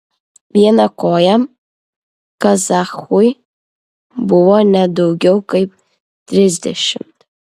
vienakojam kazachui buvo ne daugiau kaip trisdešimt